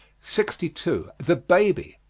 sixty two. the baby.